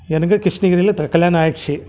எனக்கு கிருஷ்ணகிரியில் த கல்யாணம் ஆயிடுச்சு